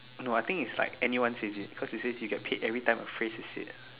no I think is like anyone is it cause you said you get paid every time a phrase is said